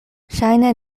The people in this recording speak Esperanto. ŝajne